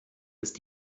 ist